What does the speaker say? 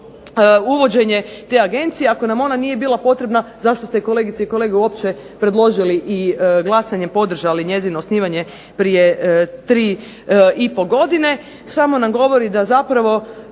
uvođenje te agencije. Ako nam ona nije bila potrebna zašto ste kolegice i kolege uopće predložili i glasanjem podržali njezino osnivanje prije 3 i po godine, samo nam govori da zapravo